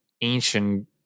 ancient